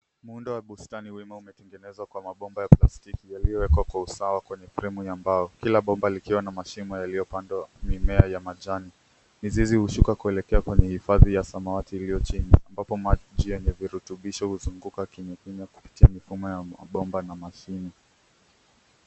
Muundo wa bustani vima umetengenezwa kwa mabomba ya plastiki yaliwekwa kwa usawa kwenye fremu ya mbao kila bomba likiwa na mashimo yaliyopandwa mimea ya majani. Mizizi hushuka kuelekea kwenye hifadhi ya samawati iliyo chini hapo maji yenye virutubisho huzunguka kimya kimya kupitia mifumo ya mabomba na mashine.